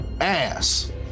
ass